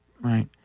right